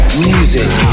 music